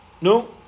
No